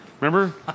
Remember